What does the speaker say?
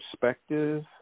perspective